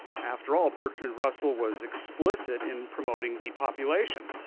after all, bertrand russell was explicit in promoting depopulation.